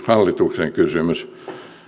hallituksen kysymys